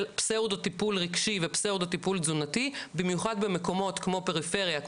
פסאודו טיפול ריגשי ופסאודו טיפול תזונתי במיוחד במקומות כמו פריפריה,